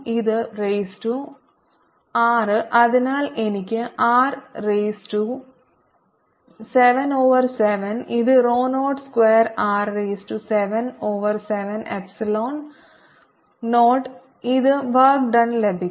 ഇത് raise to 6 അതിനാൽ എനിക്ക് ആർ റൈസ് ടു 7 ഓവർ 7 ഇത് rho naught square R raise to 7 over 7 epsilon 0 ഇത് വർക്ക് ഡൺ ലഭിക്കും